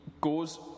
goes